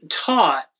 taught